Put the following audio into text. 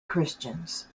christians